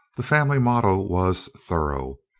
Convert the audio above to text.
the family motto was thorough,